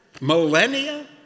millennia —